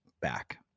back